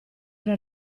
era